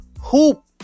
hoop